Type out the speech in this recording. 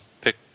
pick